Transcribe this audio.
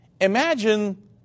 imagine